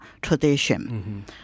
tradition